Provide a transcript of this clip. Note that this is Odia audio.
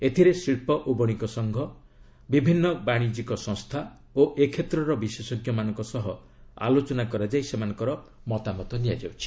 ଏଥିରେ ଶିଳ୍ପ ଓ ବଣିକ ସଂଘ ବିଭିନ୍ନ ବାଣିଜ୍ୟ ସଂସ୍ଥା ଓ ଏ କ୍ଷେତ୍ରର ବିଶେଷଜ୍ଞମାନଙ୍କ ସହ ଆଲୋଚନା କରାଯାଇ ସେମାନଙ୍କର ମତାମତ ନିଆଯାଉଛି